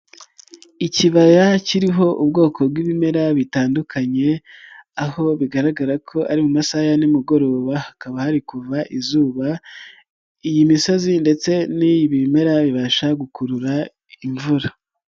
Ikibaya kiriho ubwoko bw'ibimera bitandukanye aho bigaragara ko ari mu masaha ya nimugoroba hakaba hari kuva izuba, iyi misozi ndetse n'ibi bimera bibasha gukurura imvura.